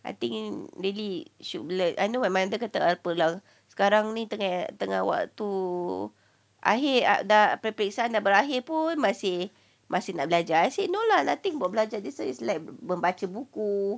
I think in really should learn I know kata takpe sekarang ni tengah tengah waktu akhir dah dah peperiksaan dah berakhir pun masih masih nak belajar I said no lah no nothing belajar I said this is like membaca buku